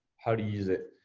how to use it.